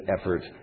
effort